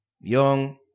Young